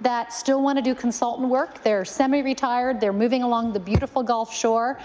that still want to do consultant work. they are semi retired. they are moving along the beautiful gulf shore.